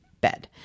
bed